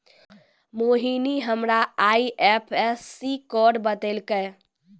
मोहिनी हमरा IFSC code बतैलकै